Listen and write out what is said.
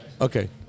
Okay